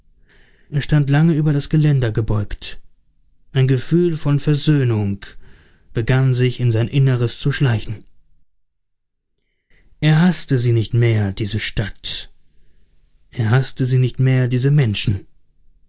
er stand lange über das geländer gebeugt ein gefühl von versöhnung begann sich in sein inneres zu schleichen er haßte sie nicht mehr diese stadt er haßte sie nicht mehr diese menschen